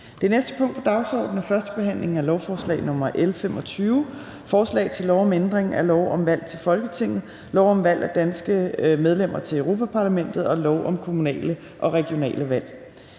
Det næste punkt på dagsordenen er: 7) 1. behandling af lovforslag nr. L 25: Forslag til lov om ændring af lov om valg til Folketinget, lov om valg af danske medlemmer til Europa-Parlamentet og lov om kommunale og regionale valg.